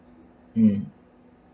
mm